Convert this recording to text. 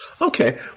Okay